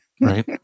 Right